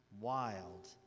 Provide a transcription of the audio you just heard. wild